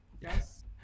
Yes